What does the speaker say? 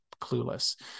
clueless